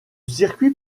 circuit